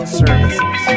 services